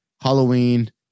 Halloween